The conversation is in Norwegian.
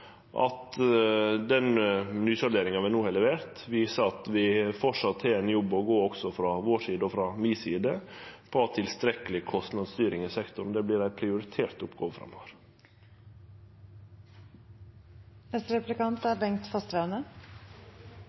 at den nysalderinga vi no har levert, viser at vi, frå vår og mi side, framleis har ein veg å gå for å ha ei tilstrekkeleg kostnadsstyring i sektoren. Det vert ei prioritert oppgåve